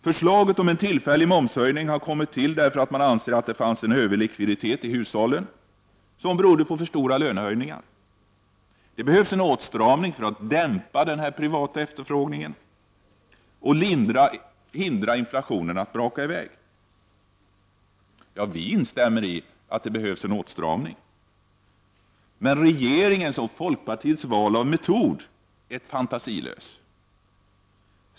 Förslaget om en tillfällig momshöjning har kommit till därför att man anser att det finns en överlikviditet i hushållen som beror på för stora lönehöjningar. Det behövs en åtstramning för att dämpa den privata efterfrågan och hindra inflationen att braka i väg. Vi instämmer i att det behövs en åtstramning, men regeringens och folkpartiets val av metod är fantasilöst.